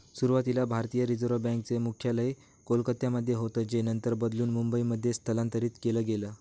सुरुवातीला भारतीय reserve bank चे मुख्यालय कोलकत्यामध्ये होतं जे नंतर बदलून मुंबईमध्ये स्थलांतरीत केलं गेलं